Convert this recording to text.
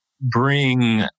bring